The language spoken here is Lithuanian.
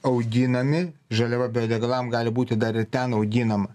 auginami žaliava biodegalam gali būti dar ir ten auginama